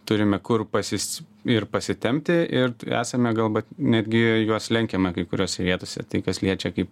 turime kur pasis ir pasitempti ir esame galbūt netgi juos lenkiame kai kuriose vietose tai kas liečia kaip